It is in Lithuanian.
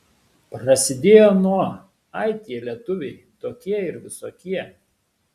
prasidėjo nuo ai tie lietuviai tokie ir visokie